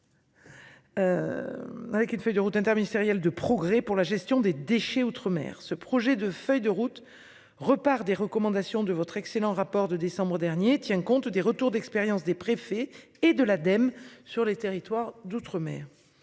Avec une feuille de route interministérielle de progrès pour la gestion des déchets outre-mer ce projet de feuille de route repart des recommandations de votre excellent rapport de décembre dernier tient compte des retours d'expérience des préfets et de l'Ademe sur les territoires d'outre-mer